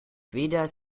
weder